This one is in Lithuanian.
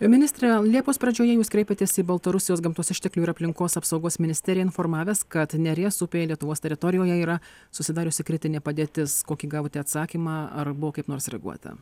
ministre liepos pradžioje jūs kreipėtės į baltarusijos gamtos išteklių ir aplinkos apsaugos ministeriją informavęs kad neries upėje lietuvos teritorijoje yra susidariusi kritinė padėtis kokį gavote atsakymą ar buvo kaip nors reaguota